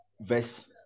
verse